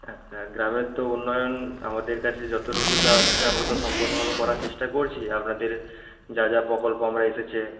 আচ্ছা গ্রামের তো উন্নয়ন আমাদের কাছে যতটুকু যা আসছে আমরা তো সম্পূর্ণভাবে করার চেষ্টা করছি আপনাদের যা যা প্রকল্প আমরা এসেছে